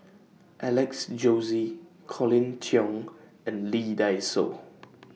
Alex Josey Colin Cheong and Lee Dai Soh